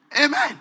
amen